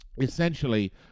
essentially